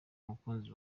umukunzi